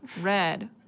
red